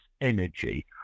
energy